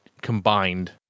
combined